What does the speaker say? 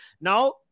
Now